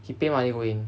he pay money go in